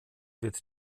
wird